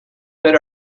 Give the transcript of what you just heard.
that